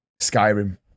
Skyrim